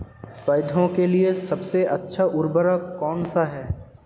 पौधों के लिए सबसे अच्छा उर्वरक कौन सा है?